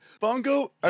Bongo